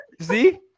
See